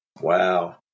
Wow